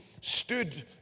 stood